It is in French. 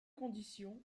condition